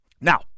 Now